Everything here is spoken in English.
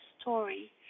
story